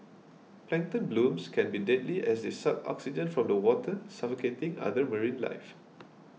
plankton blooms can be deadly as they suck oxygen from the water suffocating other marine life